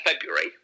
February